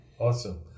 Awesome